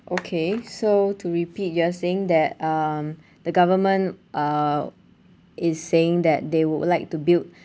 okay so to repeat you are saying that um the government uh is saying that they would like to build